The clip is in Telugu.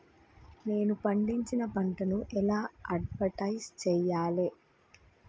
నేను పండించిన పంటను ఎలా అడ్వటైస్ చెయ్యాలే?